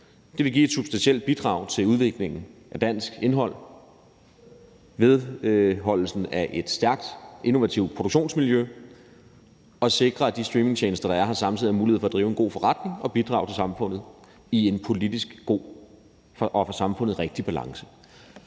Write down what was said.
Det vil give et substantielt bidrag til udviklingen af dansk indhold, vedligeholdelsen af et stærkt innovativt produktionsmiljø og sikre, at de streamingtjenester, der er her, samtidig har mulighed for at drive en god forretning og bidrage til samfundet i en politisk god og for samfundet rigtig balance.